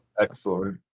excellent